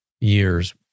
years